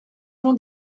jean